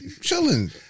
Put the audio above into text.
Chilling